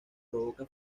provoca